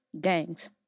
Gangs